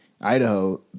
Idaho